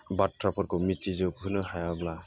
बाथ्राफोरखौ मिथिजोबहोनो हायाब्ला